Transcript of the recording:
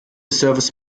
service